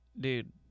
dude